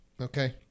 Okay